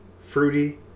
fruity